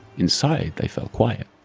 inside they fell quiet,